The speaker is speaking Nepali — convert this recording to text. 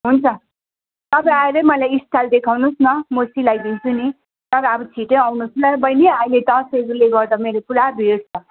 हुन्छ तपाईँ आएरै मलाई स्टाइल देखाउनु होस् न म सिलाई दिन्छु नि तर अब छिटै आउनु होस् ल है बहिनी अहिले त दसैँको उयोले गर्दा मेरो पुरा भिड छ